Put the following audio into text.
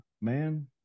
man